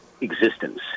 existence